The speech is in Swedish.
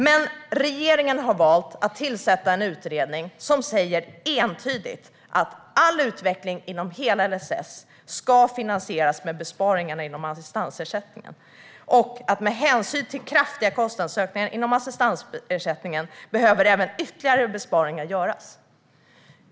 Men regeringen har valt att tillsätta en utredning som entydigt säger att all utveckling inom hela LSS ska finansieras med besparingar inom assistansersättningen. Man säger också att med hänsyn till kraftiga kostnadsökningar inom assistansersättningen behöver även ytterligare besparingar göras.